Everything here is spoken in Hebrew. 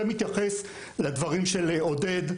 זה מתייחס לדברים של עודד,